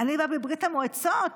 אני בא מברית המועצות.